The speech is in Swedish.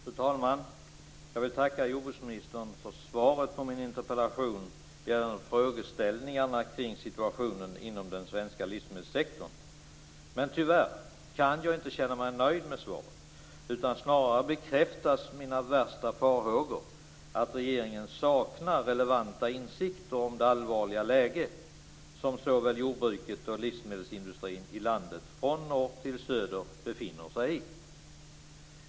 Fru talman! Jag vill tacka jordbruksministern för svaret på min interpellation gällande frågeställningarna kring situationen inom den svenska livsmedelssektorn. Men tyvärr kan jag inte känna mig nöjd med svaret, utan snarare bekräftas mina värsta farhågor, att regeringen saknar relevanta insikter om det allvarliga läge som såväl jordbruket som livsmedelsindustrin i landet, från norr till söder, befinner sig i.